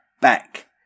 back